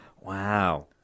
Wow